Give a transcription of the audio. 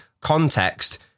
context